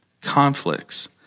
conflicts